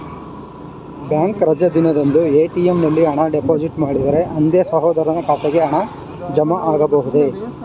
Bank ರಜೆ ದಿನದಂದು ATM ನಲ್ಲಿ ಹಣ ಡಿಪಾಸಿಟ್ ಮಾಡಿದರೆ ಅಂದೇ ಸಹೋದರನ ಖಾತೆಗೆ ಹಣ ಜಮಾ ಆಗಬಹುದೇ?